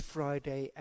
Friday